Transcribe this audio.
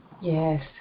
Yes